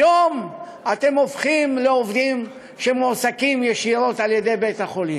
היום אתם הופכים לעובדים שמועסקים ישירות על-ידי בית-החולים.